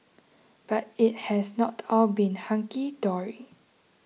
but it has not all been hunky dory